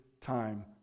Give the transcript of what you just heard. time